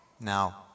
Now